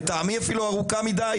לטעמי ארוכה מדי.